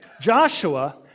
Joshua